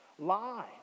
lie